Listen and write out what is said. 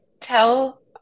tell